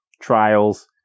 trials